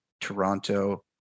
Toronto